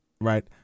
right